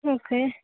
okay